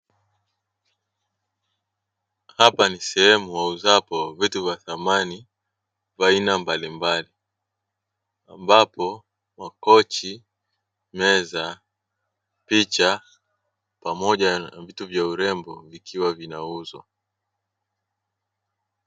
Hapa ni sehemu wauzapo vitu vya samani vya aina mbalimbali ambapo makochi, meza, picha pamoja na vitu vya urembo vikiwa vinauzwa.